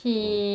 oh